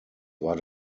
war